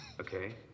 okay